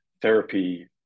therapy